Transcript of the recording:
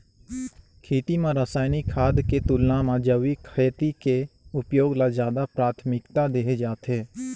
खेती म रसायनिक खाद के तुलना म जैविक खेती के उपयोग ल ज्यादा प्राथमिकता देहे जाथे